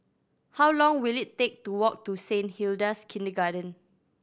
how long will it take to walk to Saint Hilda's Kindergarten